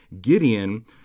Gideon